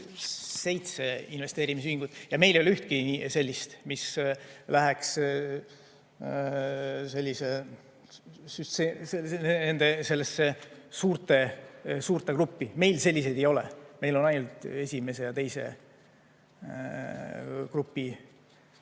investeerimisühingut ja meil ei ole ühtegi sellist, mis läheks sellesse suurte gruppi. Meil selliseid ei ole. Meil on ainult esimesse ja teise gruppi